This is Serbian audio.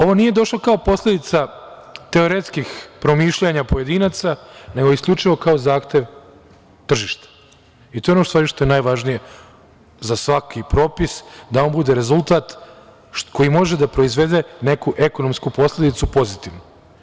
Ovo nije došlo kao posledica teoretskih promišljanja pojedinaca, nego isključivo kao zahtev tržišta i to je ono što je najvažnije za svaki propis, da on bude rezultat koji može da proizvede neku ekonomsku posledicu pozitivnu.